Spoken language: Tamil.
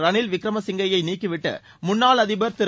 ரணில் விக்கிரமசிங்கேயை நீக்கிவிட்டு முன்னாள் அதிபர் திரு